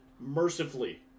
mercifully